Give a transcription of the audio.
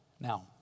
Now